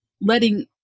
letting